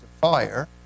fire